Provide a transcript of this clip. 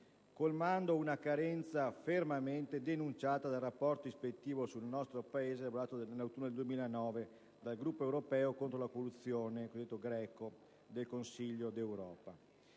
colmando una carenza fermamente denunciata dal Rapporto ispettivo sul nostro Paese elaborato nell'autunno del 2009 dal Gruppo di Stati europei contro la corruzione (GRECO) del Consiglio d'Europa.